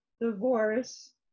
divorce